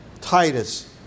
Titus